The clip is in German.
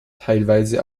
teilweise